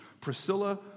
Priscilla